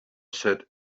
said